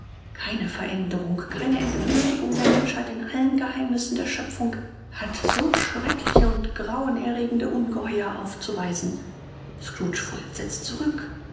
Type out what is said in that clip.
keine veränderung keine entwürdigung der menschheit in allen geheimnissen der schöpfung hat so schreckliche und grauenerregende ungeheuer aufzuweisen scrooge fuhr entsetzt zurück